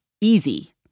easy